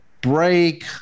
break